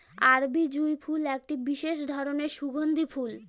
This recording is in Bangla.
আরবি জুঁই ফুল একটি বিশেষ ধরনের সুগন্ধি ফুল